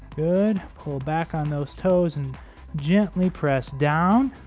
good pull back on those toes and gently press down